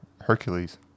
Hercules